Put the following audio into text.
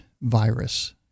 virus